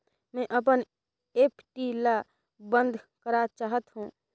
मैं अपन एफ.डी ल बंद करा चाहत हों